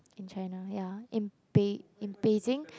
in China ya in Bei~ in Beijing